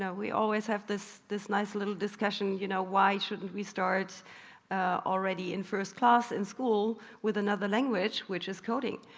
we always have this this nice little discussion you know, why shouldn't we start already in first class in school, with another language, which is coding?